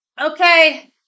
Okay